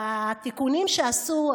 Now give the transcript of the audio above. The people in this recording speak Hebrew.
בתיקונים שעשו,